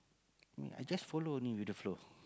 me I just follow only with the flow